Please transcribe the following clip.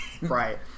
right